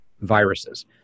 viruses